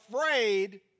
afraid